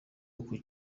uku